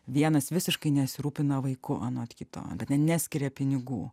vienas visiškai nesirūpina vaiku anot kito ne neskiria pinigų